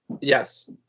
yes